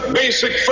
basic